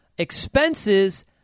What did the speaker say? expenses